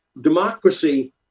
democracy